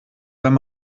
wenn